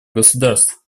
государств